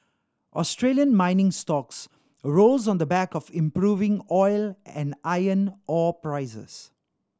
Australian mining stocks rose on the back of improving oil and iron ore prices